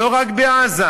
לא רק בעזה,